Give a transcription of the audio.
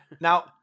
Now